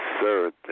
sir